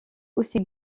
aussi